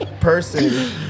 person